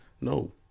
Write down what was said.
No